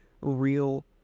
real